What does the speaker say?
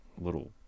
little